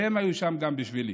והם היו שם גם בשבילי.